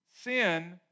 Sin